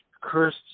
Chris